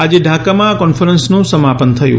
આજે ઢાંકામાં આ કોન્ફરન્સનું સમાપન થયું